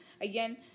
again